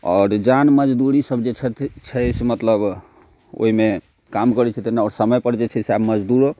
आओर जन मजदूर सब जे छथि छै से मतलब ओहिमे काम करैत छथिन आओर समय पर जे छै से आब मजदूरो